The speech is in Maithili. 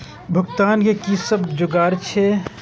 भुगतान के कि सब जुगार छे?